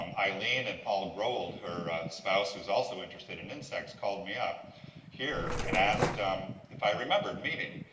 um eileen and paul growald, her spouse who is also interested in insects called me up here and asked um if i remembered meeting.